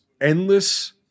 endless